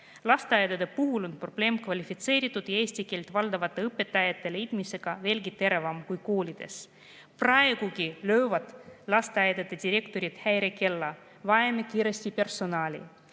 Lasteaedades on probleem kvalifitseeritud ja eesti keelt valdavate õpetajate leidmisega veelgi teravam kui koolides. Praegugi löövad lasteaedade direktorid häirekella: vajame kiiresti personali,